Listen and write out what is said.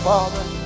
Father